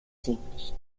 ziemlich